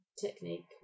technique